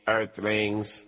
Earthlings